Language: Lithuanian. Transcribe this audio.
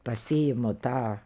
pasiimu tą